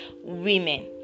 women